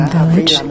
Village